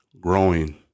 growing